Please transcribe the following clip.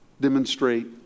Demonstrate